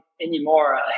anymore